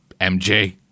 MJ